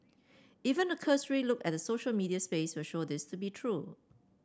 even a cursory look at the social media space will show this to be true